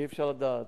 אי-אפשר לדעת.